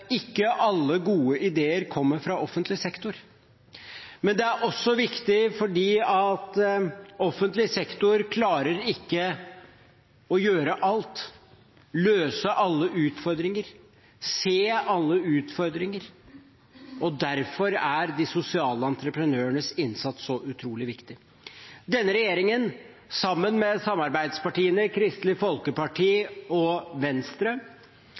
ikke alle gode ideer kommer fra offentlig sektor. Offentlig sektor klarer ikke å gjøre alt, løse alle utfordringer, se alle utfordringer, og derfor er de sosiale entreprenørenes innsats så utrolig viktig. Denne regjeringen har sammen med samarbeidspartiene, Kristelig Folkeparti og Venstre,